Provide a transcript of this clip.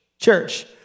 Church